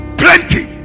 plenty